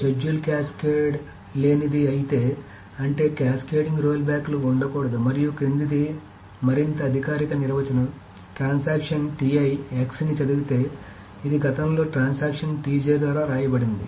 schedule cascade లేనిది అయితే అంటే క్యాస్కేడింగ్ రోల్బ్యాక్లు ఉండకూడదు మరియు క్రిందిది మరింత అధికారిక నిర్వచనం ట్రాన్సాక్షన్ x ని చదివితే ఇది గతంలో ట్రాన్సాక్షన్ ద్వారా వ్రాయబడింది